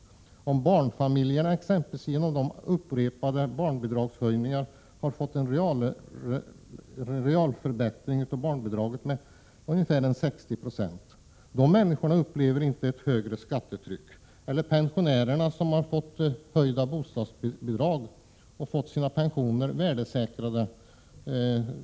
Om barnfamiljerna genom de upprepade barnbidragshöjningarna har fått en real förbättring av barnbidragen med ungefär 60 26, upplever de inte på grund därav ett högre skattetryck. Detsamma gäller pensionärerna, som har fått höjda bostadsbidrag och sina pensioner värdesäkrade.